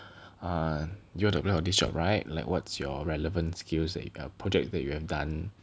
um you wanna apply for this job right like what's your relevant skills that a project that you have done